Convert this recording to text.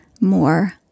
more